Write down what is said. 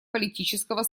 политического